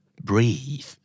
breathe